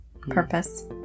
purpose